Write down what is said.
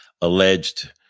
alleged